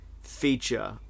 feature